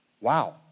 Wow